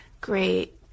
great